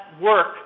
work